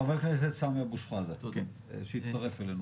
ח"כ סמי אבו שחאדה שהצטרף אלינו.